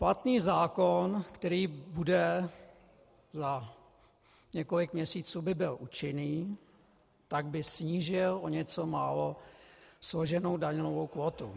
Platný zákon, který bude, za několik měsíců by byl účinný, tak by snížil o něco málo složenou daňovou kvótu.